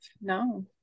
No